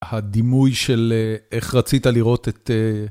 הדימוי של איך רצית לראות את...